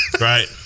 Right